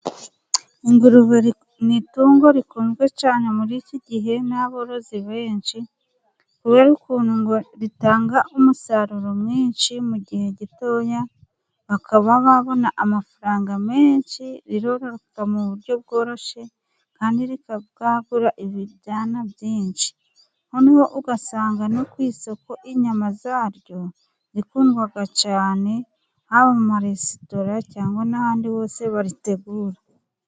Ingurube ni itungo rikunzwe cyane muri iki gihe n'aborozi benshi, kubera ukuntu ngo ritanga umusaruro mwinshi mu gihe gitoya. Bakaba babona amafaranga menshi. Riroroka mu buryo bworoshye kandi rikabwagura ibibwana byinshi. Noneho ugasanga no ku isoko inyama zaryo, zikurwa cyane, haba mu maresitora cyangwa n'ahandi hose baritegura.